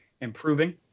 improving